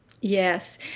Yes